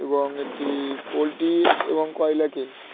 এবং একটি পোলট্রি এবং ব্রয়লারকে